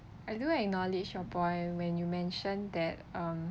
I do acknowledge your point when you mention that um